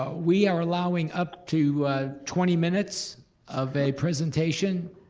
ah we are allowing up to twenty minutes of a presentation.